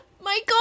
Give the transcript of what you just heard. Michael